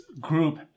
group